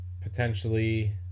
potentially